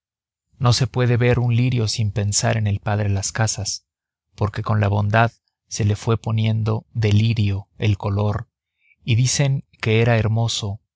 no se puede ver un lirio sin pensar en el padre las casas porque con la bondad se le fue poniendo de lirio el color y dicen que era hermoso